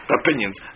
opinions